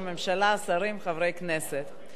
קודם כול, אני לא מבינה.